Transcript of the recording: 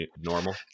normal